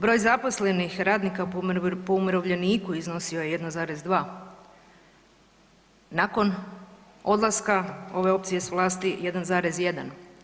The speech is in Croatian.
Broj zaposlenih radnika po umirovljeniku iznosio je 1,2, nakon odlaska ove opcije s vlasti 1,1.